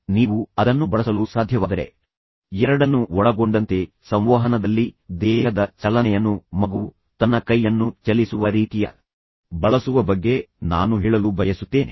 ಆದ್ದರಿಂದ ನೀವು ಅದನ್ನು ಬಳಸಲು ಸಾಧ್ಯವಾದರೆ ಅದು ಸಂವಹನದ ಅತ್ಯುತ್ತಮ ರೂಪವಾಗಿದೆ ಮತ್ತು ಕೊನೆಯಲ್ಲಿ ಅದನ್ನು ಬಳಸಲು ಉತ್ತಮ ಮಾರ್ಗವಾಗಿದೆ ನೀವು ನಿಮ್ಮ ಕೈಯನ್ನು ಮತ್ತು ವಿಶೇಷವಾಗಿ ಮೌಖಿಕ ಮತ್ತು ಅಮೌಖಿಕ ಎರಡನ್ನೂ ಒಳಗೊಂಡಂತೆ ಸಂವಹನದಲ್ಲಿ ದೇಹದ ಚಲನೆಯನ್ನು ಮಗುವು ತನ್ನ ಕೈಯನ್ನು ಚಲಿಸುವ ರೀತಿಯ ಬಳಸುವ ಬಗ್ಗೆ ನಾನು ಹೇಳಲು ಬಯಸುತ್ತೇನೆ